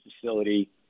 facility